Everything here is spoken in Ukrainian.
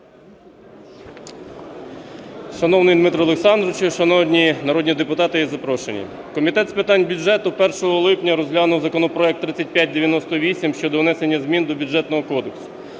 Шановний Дмитре Олександровичу, шановні народні депутати і запрошені, Комітет з питань бюджету 1 липня розглянув законопроект 3598 щодо внесення змін до Бюджетного кодексу.